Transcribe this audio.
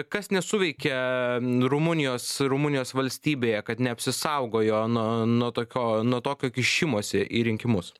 kas nesuveikė rumunijos rumunijos valstybėje kad neapsisaugojo na nuo tokio nuo tokio kišimosi į rinkimus